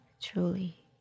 truly